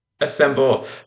assemble